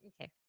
Okay